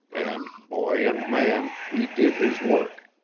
and, boy and man, he did his work.